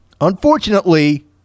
unfortunately